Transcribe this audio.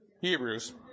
Hebrews